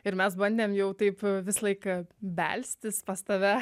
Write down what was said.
ir mes bandėm jau taip visą laiką belstis pas tave